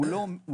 הוא לא יכול.